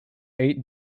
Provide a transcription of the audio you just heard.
eight